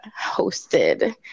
hosted